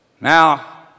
Now